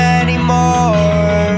anymore